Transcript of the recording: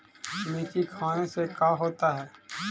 मिर्ची खाने से का होता है?